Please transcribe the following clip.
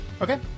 Okay